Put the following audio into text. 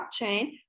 blockchain